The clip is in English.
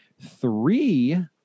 three